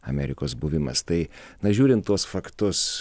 amerikos buvimas tai na žiūrint tuos faktus